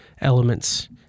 elements